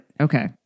okay